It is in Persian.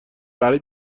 برای